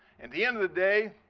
and the end of the day,